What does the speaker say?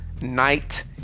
night